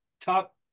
top